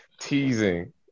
teasing